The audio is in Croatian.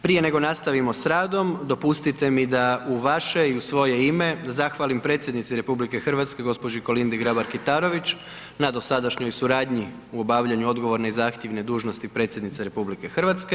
Prije nego nastavimo s radom dopustite mi da u vaše i u svoje ime zahvalim predsjednici RH gospođi Kolindi Grabar Kitrović na dosadašnjoj suradnji u obavljanju odgovorne i zahtjevne dužnosti predsjednice RH.